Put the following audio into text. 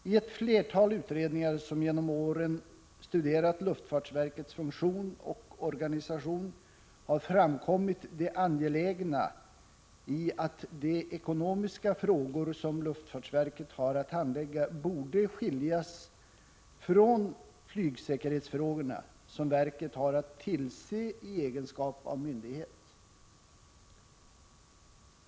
I ett flertal utredningar som genom åren har studerat luftfartsverkets funktion och organisation har framkommit det angelägna i att de ekonomiska frågor som luftfartsverket har att handlägga skils från flygsäkerhetsfrågorna, som verket har att tillse i egenskap av myndighet.